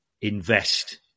invest